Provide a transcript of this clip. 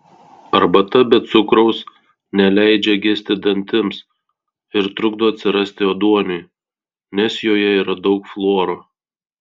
arbata be cukraus neleidžia gesti dantims ir trukdo atsirasti ėduoniui nes joje yra daug fluoro